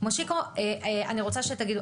מושיקו אני רוצה שתגיד,